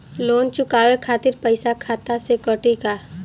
Loan चुकावे खातिर पईसा खाता से कटी का?